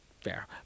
Fair